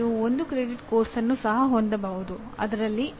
ಇವು ಮೊದಲನೆಯ ಪಾಠದ ಅಂಶಗಳು